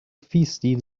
feisty